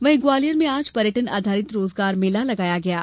वहीं ग्वालियर में पर्यटन आधारित रोजगार मेला लगाया गया है